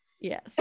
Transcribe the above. Yes